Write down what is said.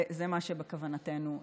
וזה מה שבכוונתנו לעשות.